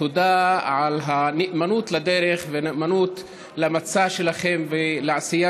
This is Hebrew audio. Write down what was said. תודה על הנאמנות לדרך והנאמנות למצע שלכן ולעשייה,